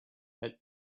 had